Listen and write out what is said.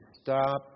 stop